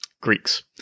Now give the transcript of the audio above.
Greeks